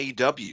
aw